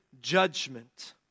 judgment